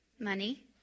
money